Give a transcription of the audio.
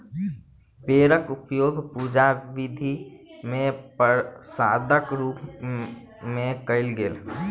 बेरक उपयोग पूजा विधि मे प्रसादक रूप मे कयल गेल